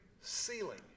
ceiling